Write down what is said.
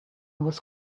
was